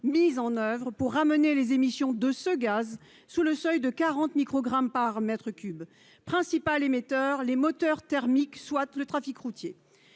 mis en oeuvre pour ramener les émissions de ce gaz sous le seuil de 40 microgrammes par m3 principal émetteur les moteurs thermiques, soit le trafic routier